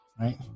right